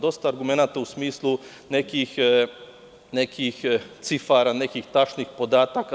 Dosta argumenata u smislu nekih cifara, nekih tačnih podataka.